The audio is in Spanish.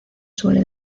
suele